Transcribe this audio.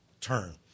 turn